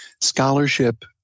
scholarship